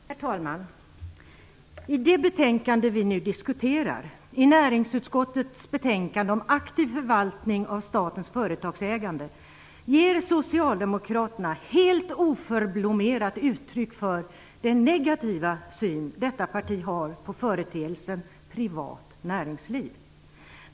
Herr talman! I det betänkande vi nu diskuterar, näringsutskottets betänkande om aktiv förvaltning av statens företagsägande, ger socialdemokraterna helt oförblommerat uttryck för den negativa syn som detta parti har på företeelsen privat näringsliv.